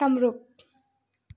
Kamrup